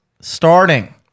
starting